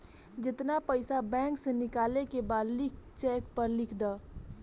जेतना पइसा बैंक से निकाले के बा लिख चेक पर लिख द